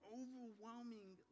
overwhelming